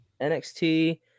NXT